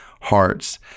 hearts